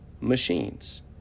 machines